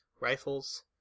rifles